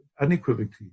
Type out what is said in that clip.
unequivocally